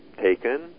taken